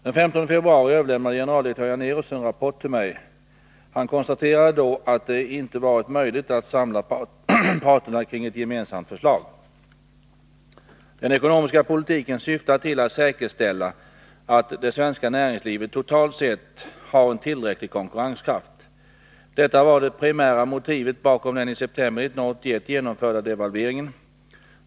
Den 15 februari överlämnade generaldirektör Janérus en rapport till mig. Han konstaterade då att det inte hade varit möjligt att samla parterna kring ett gemensamt förslag. Den ekonomiska politiken syftar till att säkerställa att det svenska näringslivet totalt sett har en tillräcklig konkurrenskraft. Detta var det primära motivet bakom den i september 1981 genomförda devalveringen.